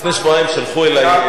לפני שבועיים שלחו אלי,